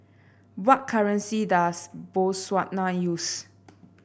what currency does Botswana use